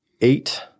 eight